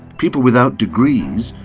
people without degrees,